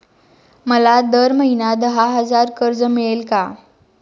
मला दर महिना दहा हजार कर्ज मिळेल का?